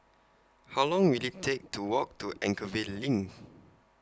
How Long Will IT Take to Walk to Anchorvale LINK